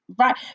Right